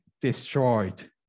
destroyed